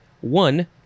one